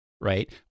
right